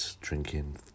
Drinking